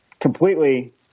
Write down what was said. completely